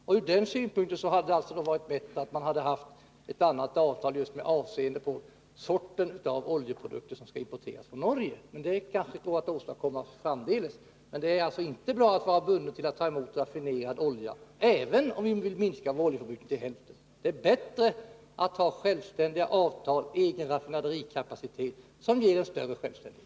Från den synpunkten hade det alltså varit bättre med ett annat avtal med Norge, ett avtal just med avseende på de olika sorters oljeprodukter som skall importeras därifrån, men det är kanske något som går att åstadkomma framdeles. Även om vi minskar vår oljeförbrukning till hälften, är det alltså inte bra att vara bunden till att ta emot raffinerad olja. Det är bättre att ha självständiga avtal och en egen raffinaderikapacitet. Det ger en större självständighet.